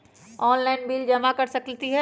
Online bill जमा कर सकती ह?